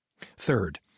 Third